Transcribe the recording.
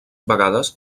vegades